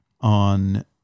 on